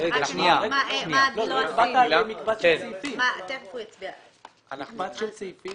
סעיפים